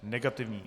Negativní.